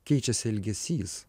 keičiasi elgesys